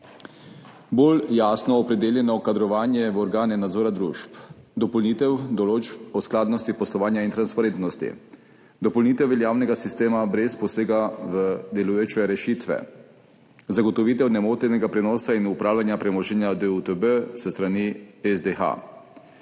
bolj jasno opredeljeno kadrovanje v organe nadzora družb; dopolnitev določb o skladnosti poslovanja in transparentnosti; dopolnitev veljavnega sistema brez posega v delujoče rešitve; zagotovitev nemotenega prenosa in upravljanja premoženja DUTB s strani SDH.